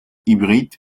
hybride